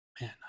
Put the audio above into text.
Man